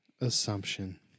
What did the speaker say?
assumption